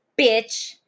bitch